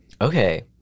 okay